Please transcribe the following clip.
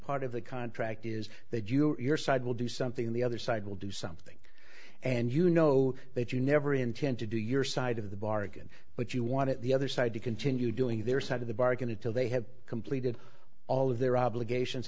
part of the contract is that you're side will do something the other side will do something and you know that you never intend to do your side of the bargain but you want the other side to continue doing their side of the bargain until they have completed all of their obligations